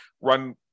run